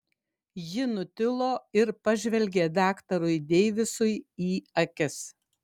ji nutilo ir pažvelgė daktarui deivisui į akis